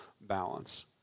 balance